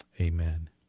amen